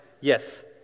Yes